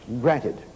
granted